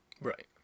Right